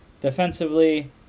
Defensively